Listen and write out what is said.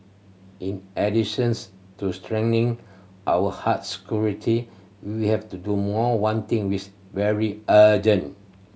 in additions to strengthening our hard security we have to do more one thing which very urgent